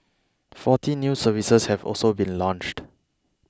forty new services have also been launched